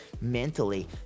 mentally